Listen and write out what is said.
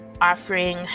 offering